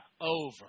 over